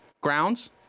Grounds